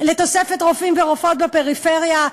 לתוספת רופאים ורופאות בפריפריה.